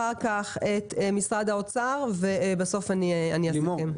אחר כך את משרד האוצר ובסוף אני אסכם.